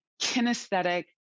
kinesthetic